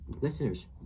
listeners